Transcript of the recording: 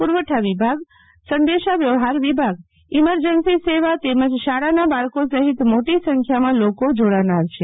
પુરવઠા વિભાગ ા વે વિભાગઈમરજન્સી સેવા તેમજ શાળાનાં બાળકો સહીત મોટી સંખ્યામાં લોકો જોડાનાર છે